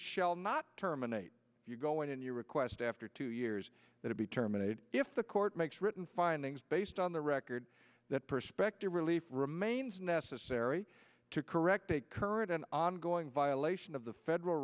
shall not terminate you go in your request after two years that it be terminated if the court makes written findings based on the record that perspective relief remains necessary to correct a current an ongoing violation of the federal